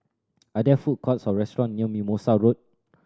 are there food courts or restaurant near Mimosa Road